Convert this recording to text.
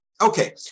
Okay